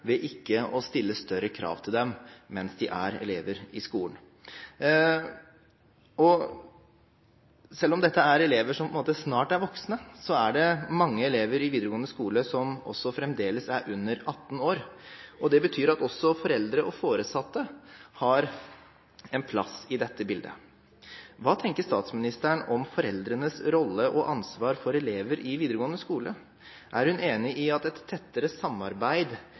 ved ikke å stille større krav til dem mens de er elever i skolen. Selv om dette er elever som snart er voksne, er det mange elever i videregående skole som fremdeles er under 18 år. Det betyr at også foreldre og foresatte har en plass i dette bildet. Hva tenker statsministeren om foreldrenes rolle og ansvar for elever i videregående skole? Er hun enig i at et tettere samarbeid